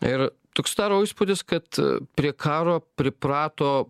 ir toks sudaro įspūdis kad prie karo priprato